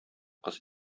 кыз